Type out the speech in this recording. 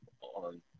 on